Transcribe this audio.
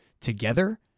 together